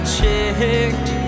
Checked